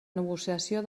negociació